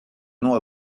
nom